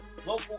local